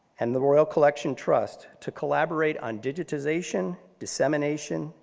and the royal collection trust to collaborate on digitization, dissemination,